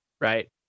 right